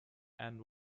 and